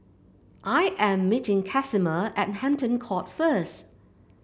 I am meeting Casimer at Hampton Court first